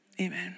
amen